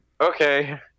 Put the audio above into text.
Okay